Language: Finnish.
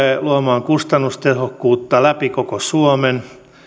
luomaan kustannustehokkuutta läpi koko suomen